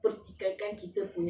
a'ah lah